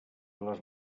les